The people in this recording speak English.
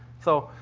so,